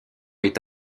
est